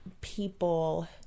People